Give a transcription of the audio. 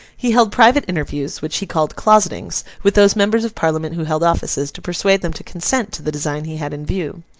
he held private interviews, which he called closetings, with those members of parliament who held offices, to persuade them to consent to the design he had in view.